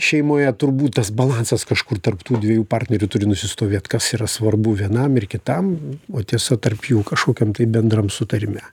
šeimoje turbūt tas balansas kažkur tarp tų dviejų partnerių turi nusistovėt kas yra svarbu vienam ir kitam o tiesa tarp jų kažkokiam bendram sutarime